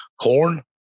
corn